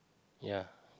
ya